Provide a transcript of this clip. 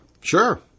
Sure